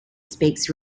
speaks